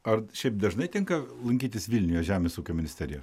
ar šiaip dažnai tenka lankytis vilniuje žemės ūkio ministerijoje